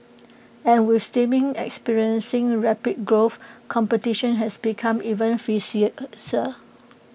and with streaming experiencing rapid growth competition has become even